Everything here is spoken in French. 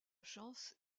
chance